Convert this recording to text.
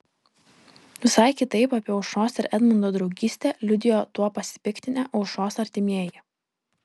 visai kitaip apie aušros ir edmundo draugystę liudijo tuo pasipiktinę aušros artimieji